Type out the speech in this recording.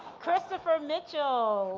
christopher mitchell.